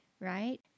right